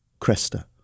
Cresta